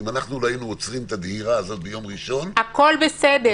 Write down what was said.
אם אנחנו לא היינו עוצרים את הדהירה הזאת ביום ראשון --- הכול בסדר.